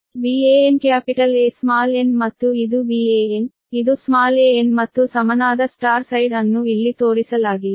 VAN capital A small n ಮತ್ತು ಇದು Van ಇದು ಸ್ಮಾಲ್ an ಮತ್ತು ಸಮನಾದ Y ಸೈಡ್ ಅನ್ನು ಇಲ್ಲಿ ತೋರಿಸಲಾಗಿಲ್ಲ